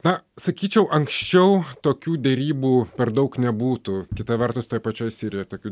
na sakyčiau anksčiau tokių derybų per daug nebūtų kita vertus toj pačioj sirijoj tokių